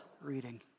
reading